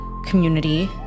community